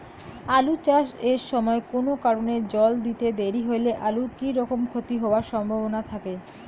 আলু চাষ এর সময় কুনো কারণে জল দিতে দেরি হইলে আলুর কি রকম ক্ষতি হবার সম্ভবনা থাকে?